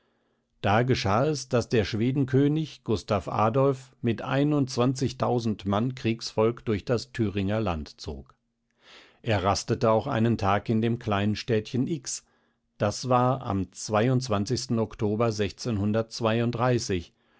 da geschah es daß der schwedenkönig gustav adolph mit einundzwanzigtausend mann kriegsvolk durch das thüringer land zog er rastete auch einen tag in dem kleinen städtchen x das war am oktober